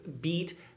beat